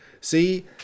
see